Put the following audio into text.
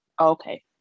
okay